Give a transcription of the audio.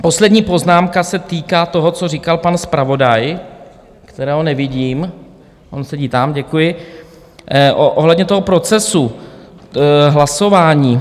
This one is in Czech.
Poslední poznámka se týká toho, co říkal pan zpravodaj, kterého nevidím on sedí tam , děkuji ohledně procesu hlasování.